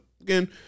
again